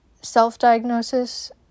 self-diagnosis